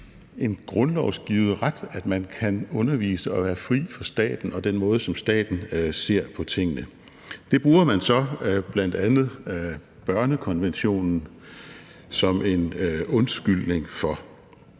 en grundlovsgivet ret, at man kan undervise og være fri for staten og den måde, som staten ser på tingene, og det bruger man så bl.a. børnekonventionen som en undskyldning for. Men der